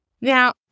Now